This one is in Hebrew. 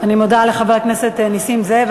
אני מודה לחבר הכנסת נסים זאב.